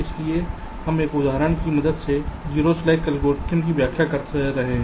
इसलिए हम एक उदाहरण की मदद से 0 स्लैक एल्गोरिथ्म की व्याख्या कर रहे हैं